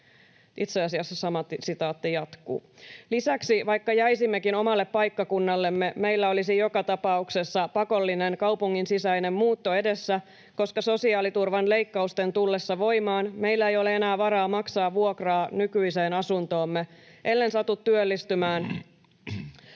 saadaan jatkumaan ja turvattua. Lisäksi, vaikka jäisimmekin omalle paikkakunnallemme, meillä olisi joka tapauksessa pakollinen kaupungin sisäinen muutto edessä, koska sosiaaliturvan leikkausten tullessa voimaan meillä ei ole enää varaa maksaa vuokraa nykyiseen asuntomme, ellen satu työllistymään